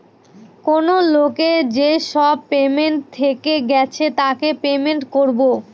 কেনো লোকের যেসব পেমেন্ট থেকে গেছে তাকে পেমেন্ট করবো